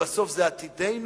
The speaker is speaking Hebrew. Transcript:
ובסוף זה עתידנו,